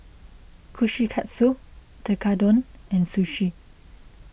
Kushikatsu Tekkadon and Sushi